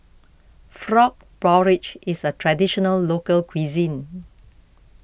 Frog Porridge is a Traditional Local Cuisine